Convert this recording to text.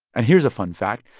and here's a fun fact.